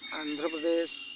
Andhra Pradesh